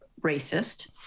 racist